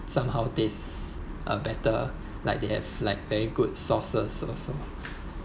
somehow this uh better like they had like very good sauces also